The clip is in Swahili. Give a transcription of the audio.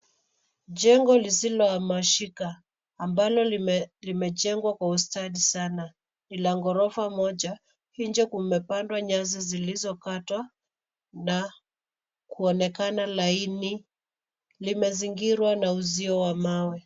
Jengo lisilohamashika ambalo limejengwa kwa ustadi sana ni la ghorofa moja. Nje kumepandwa nyasi zilizokatwa na kuonekana laini. Limezingirwa na uzio wa mawe.